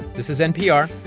this is npr.